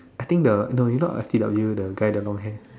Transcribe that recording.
I think the no you know our F_C_W the guy the long hair